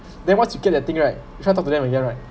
then once you get the thing right you try talk to them again right